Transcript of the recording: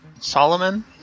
Solomon